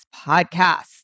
podcast